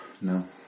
No